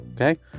okay